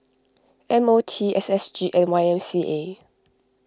M O T S S G and Y M C A